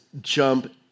jump